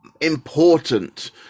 important